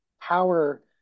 power